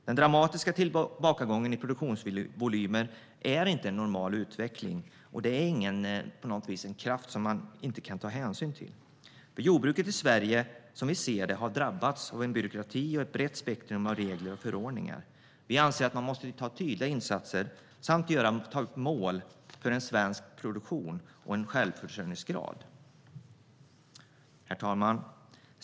Den dramatiska tillbakagången i produktionsvolymer är inte en normal utveckling, och det är inte en kraft som man inte kan ta hänsyn till. Jordbruket i Sverige har, som vi ser det, drabbats av byråkrati och ett brett spektrum av regler och förordningar. Vi anser att tydliga insatser bör göras och att man måste sätta upp mål för Sveriges jordbruksproduktion och självförsörjningsgrad. Herr talman!